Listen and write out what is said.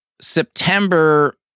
September